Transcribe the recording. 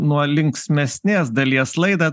nuo linksmesnės dalies laidą